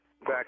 back